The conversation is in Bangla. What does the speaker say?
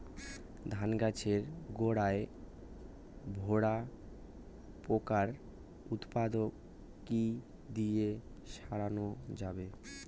ধান গাছের গোড়ায় ডোরা পোকার উপদ্রব কি দিয়ে সারানো যাবে?